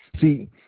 See